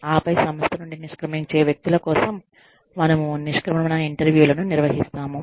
ఆపై సంస్థ నుండి నిష్క్రమించే వ్యక్తుల కోసం మనము నిష్క్రమణ ఇంటర్వ్యూ లను నిర్వహిస్తాము